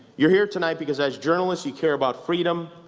you're here tonight because as journalists you care about freedom,